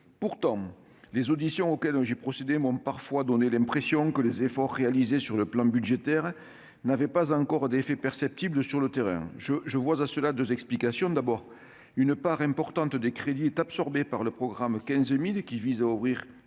Pourtant, les auditions auxquelles j'ai procédé m'ont parfois donné l'impression que les efforts réalisés sur le plan budgétaire n'avaient pas encore d'effets perceptibles sur le terrain. Je vois à cela deux explications : tout d'abord, une part importante des crédits est absorbée par le « programme 15 000 », qui vise à ouvrir